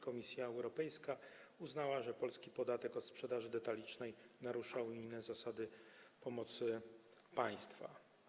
Komisja Europejska uznała, że polski podatek od sprzedaży detalicznej narusza unijne zasady pomocy państwa.